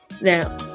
Now